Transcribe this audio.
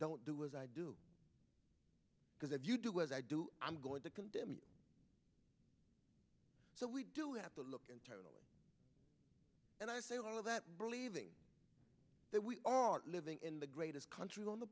don't do as i do because if you do as i do i'm going to condemn you so we do have to look internally and i say all of that breathing that we are living in the greatest country on the